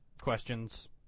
questions